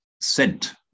sent